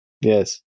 Yes